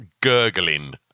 gurgling